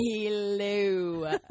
hello